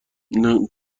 این